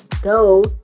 go